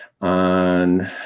on